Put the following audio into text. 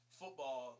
football